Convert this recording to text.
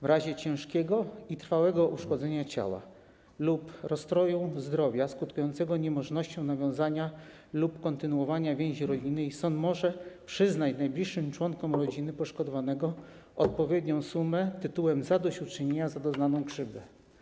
W razie ciężkiego i trwałego uszkodzenia ciała lub rozstroju zdrowia skutkującego niemożnością nawiązania lub kontynuowania więzi rodzinnej sąd może przyznać najbliższym członkom rodziny poszkodowanego odpowiednią sumę tytułem zadośćuczynienia za doznaną krzywdę.